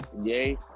Yay